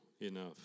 enough